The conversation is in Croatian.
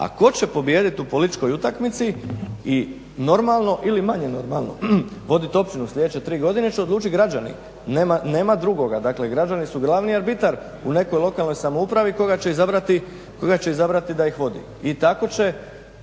A tko će pobijediti u političkoj utakmici i normalno ili manje normalno voditi općinu sljedeće tri godine će odlučiti građani. Nema drugoga, dakle građani su glavni arbitar u nekoj lokalnoj samoupravi koga će izabrati da ih vodi. I tako će